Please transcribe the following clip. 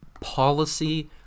Policy